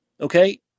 okay